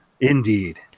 Indeed